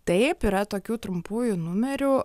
taip yra tokių trumpųjų numerių